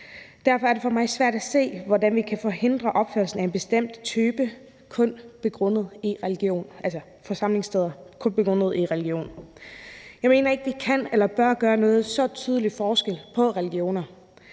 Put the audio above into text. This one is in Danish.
Derfor er det for mig svært at se, hvordan vi kan forhindre opførelsen af en bestemt type forsamlingssteder, kun begrundet i religion. Jeg mener ikke, at vi kan eller bør gøre så tydelig forskel på religioner.